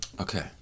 okay